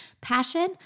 passion